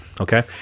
okay